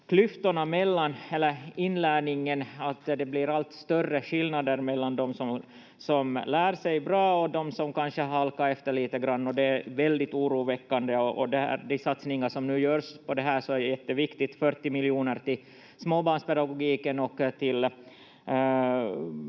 klyftorna i inlärningen, att det blir allt större skillnader mellan de som lär sig bra och de som kanske halkar efter lite grann. Det är väldigt oroväckande och de satsningar som nu görs på det här är jätteviktiga — 40 miljoner till småbarnspedagogiken och till